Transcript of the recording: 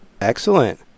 Excellent